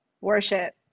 worship